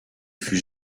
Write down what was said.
fut